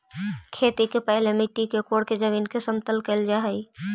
खेती के पहिले मिट्टी के कोड़के जमीन के समतल कैल जा हइ